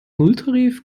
nulltarif